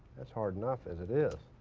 that's hard enough as it is.